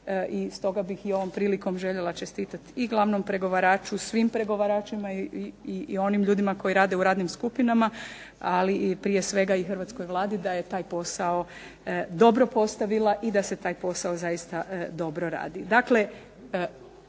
i stoga bih i ovom prilikom željela čestitati i glavnom pregovaraču, svim pregovaračima i onim ljudima koji rade u radnim skupinama, ali i prije svega i hrvatskoj Vladi da je taj posao dobro postavila i da se taj posao zaista dobro radi.